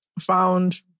found